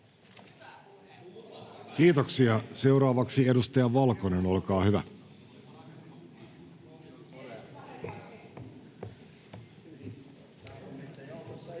Kiitoksia. — Seuraavaksi edustaja Valkonen, olkaa hyvä. [Speech